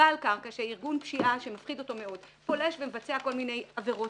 בעל קרקע שארגון פשיעה שמפחיד אותו מאוד פולש ומבצע כל מיני עבירות,